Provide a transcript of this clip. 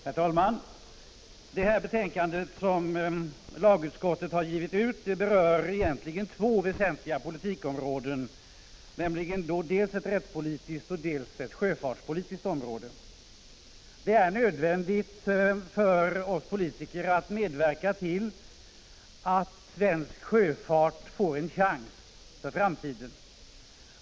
Herr talman! Det betänkande som lagutskottet gett ut berör egentligen två väsentliga politikområden, dels ett rättsligt, dels ett sjöfartspolitiskt område. Det är nödvändigt för oss politiker att medverka till att svensk sjöfart får en chans för framtiden.